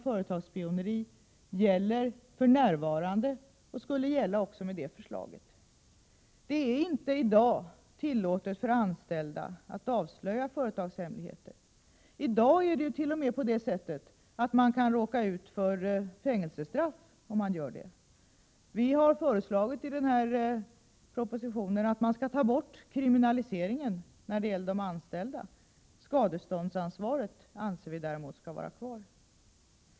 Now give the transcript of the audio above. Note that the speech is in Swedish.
Företagsspioneri är för närvarande kriminaliserat och skall vara det också enligt detta förslag. Det är inte i dag tillåtet för anställda att avslöja företagshemligheter. Med nuvarande regler kan man t.o.m. råka ut för fängelsestraff om man gör det. Vi har i propositionen föreslagit att man skall ta bort kriminaliseringen vad beträffar de anställda. Skadeståndsansvaret anser vi däremot skall vara kvar.